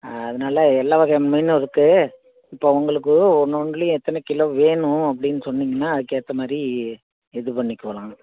அதனால் எல்லா வகையான மீனும் இருக்குது இப்போ உங்களுக்கு ஒன்னொன்லியும் எத்தனை கிலோ வேணும் அப்படின்னு சொன்னிங்கன்னா அதுக்கேற்ற மாதிரி இது பண்ணிக்குவேன் நான்